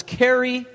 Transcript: carry